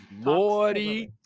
Lordy